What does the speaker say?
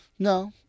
No